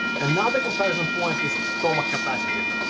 another comparison point is stomach capacity. um